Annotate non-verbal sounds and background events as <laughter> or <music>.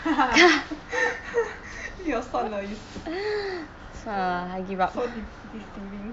<laughs> you are so annoying so dec~ deceiving